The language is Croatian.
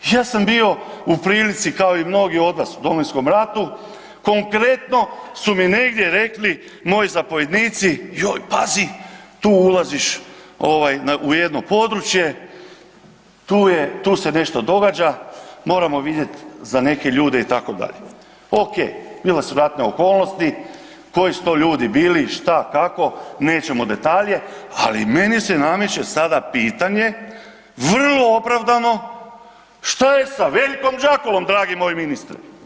Ja sam bio u prilici kao i mnogi od vas u Domovinskom ratu, konkretno su mi negdje rekli moji zapovjednici joj pazi tu ulaziš ovaj u jedno područje, tu je, tu se nešto događa, moramo vidjet za neke ljude itd., okej, bile su ratne okolnosti, koji su to ljudi bili, šta i kako, nećemo u detalje, ali meni se nameće sada pitanje vrlo opravdano što je sa Veljkom Džakulom dragi moj ministre?